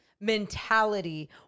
mentality